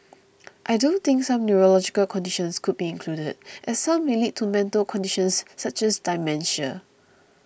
I do think some neurological conditions could be included as some may lead to mental conditions such as dementia